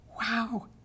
Wow